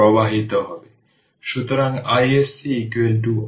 সুতরাং প্রাথমিকভাবে আমরা ধরে নিই I0 10I প্রত্যয় 0